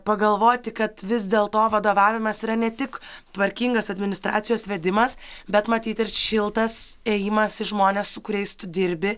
pagalvoti kad vis dėlto vadovavimas yra ne tik tvarkingas administracijos vedimas bet matyt ir šiltas ėjimas į žmones su kuriais tu dirbi